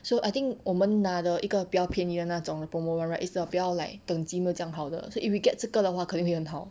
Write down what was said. so I think 我们拿的一个比较便宜的那种 promo one right is the 不要 like 等级没有这样好的 so if we get 这个的话肯定会很好